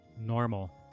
normal